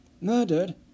Murdered